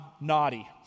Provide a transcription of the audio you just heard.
Naughty